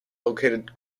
located